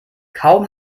kaum